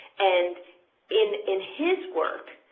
and in in his work,